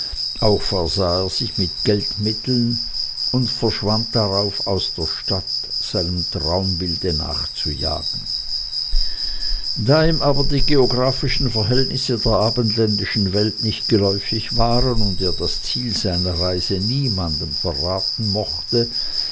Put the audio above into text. auch versah er sich mit geldmitteln und verschwand darauf aus der stadt seinem traumbilde nachzujagen da ihm aber die geographischen verhältnisse der abendländischen welt nicht geläufig waren und er das ziel seiner reise niemandem verraten mochte